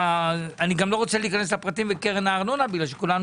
אני גם לא רוצה להיכנס לפרטי קרן הארנונה כי כולנו